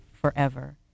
forever